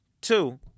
Two